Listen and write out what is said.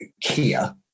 Kia